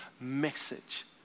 message